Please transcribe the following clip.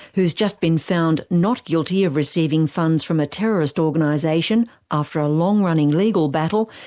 who has just been found not guilty of receiving funds from a terrorist organisation after a long-running legal battle,